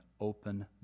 open